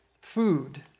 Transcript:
food